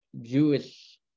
Jewish